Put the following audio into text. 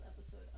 episode